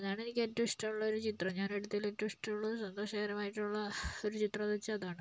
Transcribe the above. അതാണെനിക്ക് ഏറ്റവും ഇഷ്ട്ടമുള്ളൊരു ചിത്രം ഞാനെടുത്തതില് ഏറ്റവും ഇഷ്ട്ടമുള്ളതും സന്തോഷകരമായിട്ടുള്ള ഒരു ചിത്രം എന്ന് വച്ചാൽ അതാണ്